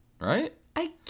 right